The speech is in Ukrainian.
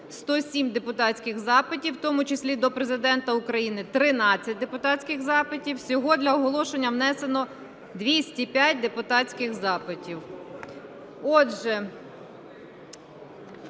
107 депутатських запитів, в тому числі до Президента України 13 депутатських запитів. Всього для оголошення внесено 205 депутатських запитів. Отже,